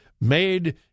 made